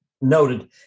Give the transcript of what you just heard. noted